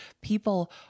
people